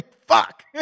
fuck